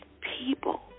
people